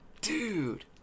dude